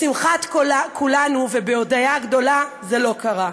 לשמחת כולנו, ובהודיה גדולה, זה לא קרה,